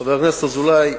חבר הכנסת אזולאי,